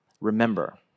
remember